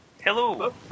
Hello